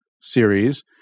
series